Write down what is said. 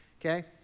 okay